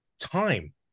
time